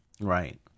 Right